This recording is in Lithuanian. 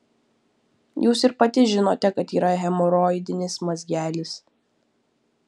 jūs ir pati žinote kad yra hemoroidinis mazgelis